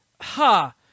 ha